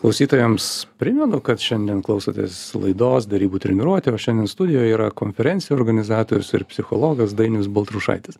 klausytojams primenu kad šiandien klausotės laidos derybų treniruotė o šiandien studijoje yra konferencijų organizatorius ir psichologas dainius baltrušaitis